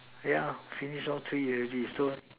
ya finish all three already so